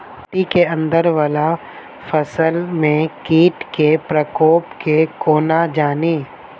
माटि केँ अंदर वला फसल मे कीट केँ प्रकोप केँ कोना जानि?